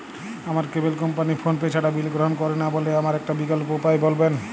আমার cable company PhonePe ছাড়া bill গ্রহণ করে না বলে আমার একটা বিকল্প উপায় বলবেন?